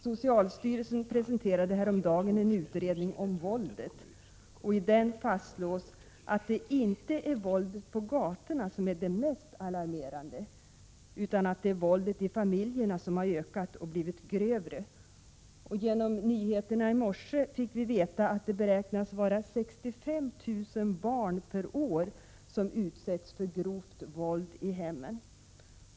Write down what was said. Socialstyrelsen presenterade häromdagen en utredning om våldet. I den fastslås att det inte är våldet på gatorna som är det mest alarmerande utan att det är våldet i familjerna som ökat och blivit grövre. Genom nyheterna i morse fick vi veta att det beräknas vara 65 000 barn per år som utsätts för grovt våld i hemmen.